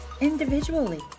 individually